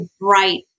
bright